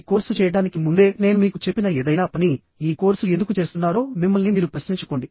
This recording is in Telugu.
ఈ కోర్సు చేయడానికి ముందే నేను మీకు చెప్పిన ఏదైనా పని ఈ కోర్సు ఎందుకు చేస్తున్నారో మిమ్మల్ని మీరు ప్రశ్నించుకోండి